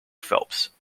phelps